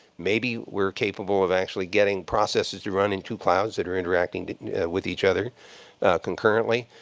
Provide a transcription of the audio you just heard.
maybe we're capable of actually getting processes to run in two clouds that are interacting with each other concurrently.